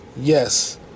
Yes